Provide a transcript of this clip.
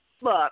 look